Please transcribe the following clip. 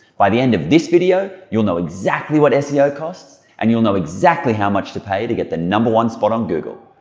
by the end of this video you'll know exactly what seo costs and you'll know exactly how much to pay to get the one spot on google.